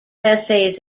essays